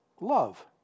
love